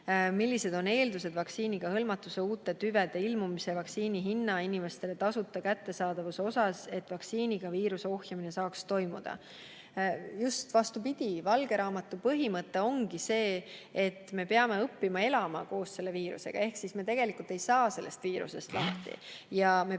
millised on eeldused vaktsiiniga hõlmatuse, uute tüvede ilmumise, vaktsiini hinna, inimestele tasuta kättesaadavuse osas, et vaktsiiniga viiruse ohjamine saaks toimuda. Just vastupidi, valge raamatu põhimõte ongi see, et me peame õppima elama koos selle viirusega ehk me tegelikult ei saa sellest viirusest lahti ja me